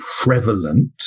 prevalent